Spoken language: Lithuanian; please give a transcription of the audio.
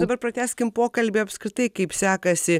dabar pratęskim pokalbį apskritai kaip sekasi